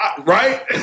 Right